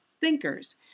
thinkers